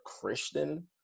Christian